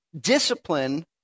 Discipline